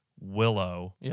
Willow